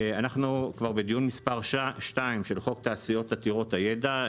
אנחנו כבר בדיון מס' 2 של חוק תעשיות עתירות הידע.